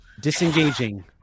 Disengaging